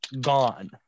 gone